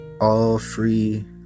all-free